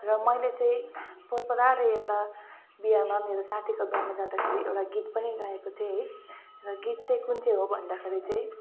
र मैले चाहिँ पोहोर परारै एउटा बिहामा मेरो साथीको बिहामा जाँदाखेरि एउटा गीत पनि गाएको थिएँ है र गीत चाहिँ कुन चाहिँ हो भन्दाखेरि चाहिँ